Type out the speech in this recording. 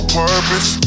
purpose